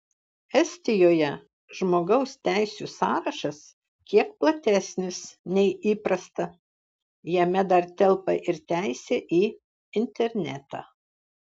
estijoje žmogaus teisių sąrašas kiek platesnis nei įprasta jame dar telpa ir teisė į internetą